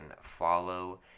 follow